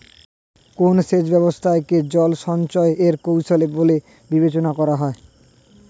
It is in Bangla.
কোন সেচ ব্যবস্থা কে জল সঞ্চয় এর কৌশল বলে বিবেচনা করা হয়?